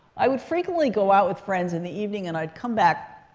i would frequently go out with friends in the evening. and i'd come back.